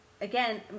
again